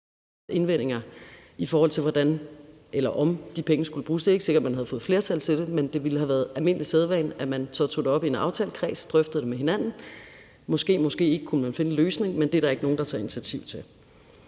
indvendinger til, hvordan eller om de penge skulle bruges. Det er ikke sikkert, at man havde fået flertal for det, men det ville have været almindelig praksis, at man så tog det op i en aftalekreds og drøftede det med hinanden, og at man måske/måske ikke kunne finde en løsning, men det er der ikke nogen der tager initiativ til.